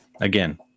Again